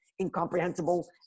incomprehensible